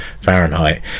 fahrenheit